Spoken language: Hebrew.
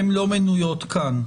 הן לא מנויות כאן.